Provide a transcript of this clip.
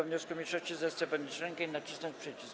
wniosku mniejszości, zechce podnieść rękę i nacisnąć przycisk.